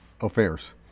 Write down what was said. Affairs